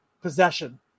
possession